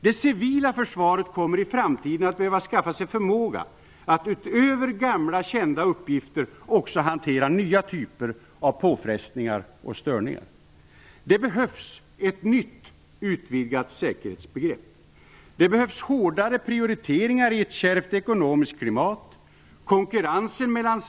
Det civila försvaret kommer i framtiden att behöva skaffa sig förmåga att utöver gamla kända uppgifter också hantera nya typer av påfrestningar och störningar. Det behövs ett nytt utvidgat säkerhetsbegrepp. Det behövs hårdare prioriteringar i ett kärvt ekonomiskt klimat.